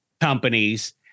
companies